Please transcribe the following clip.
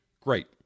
great